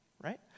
right